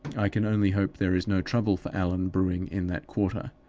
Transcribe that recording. i can only hope there is no trouble for allan brewing in that quarter.